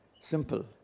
simple